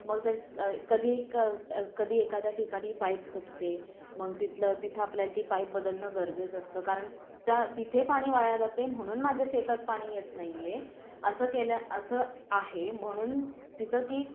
मग ते कधी क कधी एकाद्या ठिकाणी पाईप तुटते मग तिथलं तिथं आपल्याला ती पाईप बदलणं गरजेचं असतं कारण त्या तिथे पाणी वाया जातं आहे म्हणून माझ्या शेतात पाणी येत नाही आहे असं केल्या असं आहे म्हणून तिथं ती